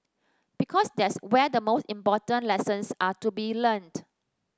because that's where the most important lessons are to be learnt